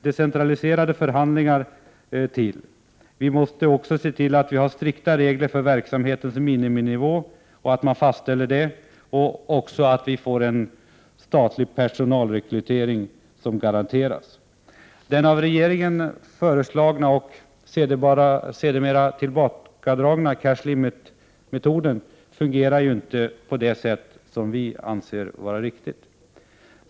Decentraliserade förhandlingar måste föras. Strikta regler för verksamhetens miniminivå måste fastställas. Statens personalrekrytering måste garanteras. Den av regeringen föreslagna, sedermera tillbakadragna, cash limitmetoden fungerar inte på detta sätt.